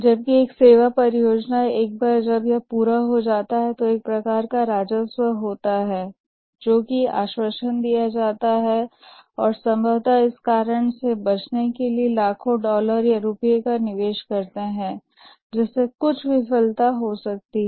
जबकि एक सेवा परियोजना एक बार जब यह पूरा हो जाता है तो एक प्रकार का राजस्व होता है जो कि आश्वासित दिया जाता है और संभवतः इस कारण जोखिम से बचने के लिए लाखों डॉलर या रुपये का निवेश करते हैं जिससे कुछ विफलता हो सकती है